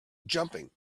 jumping